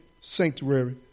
sanctuary